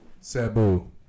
Sabu